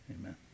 Amen